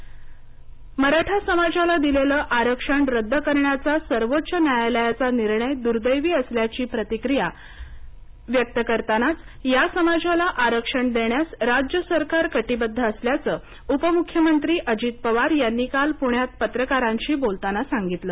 मराठा आरक्षण उपमुख्यमंत्री मराठा समाजाला दिलेलं आरक्षण रद्द करण्याचा सर्वोच्च न्यायालयाचा निर्णय दुर्दैवी असल्याची प्रतिक्रिया व्यक्त करतानाच या समाजाला आरक्षण देण्यास राज्य सरकार कटिबद्ध असल्याचं उपमुख्यमंत्री अजित पवार यांनी काल पुण्यात पत्रकारांशी बोलताना सांगितलं